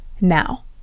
Now